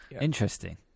Interesting